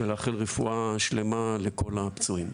ולאחל רפואה שלמה לכל הפצועים.